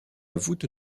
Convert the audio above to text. voûte